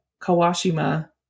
Kawashima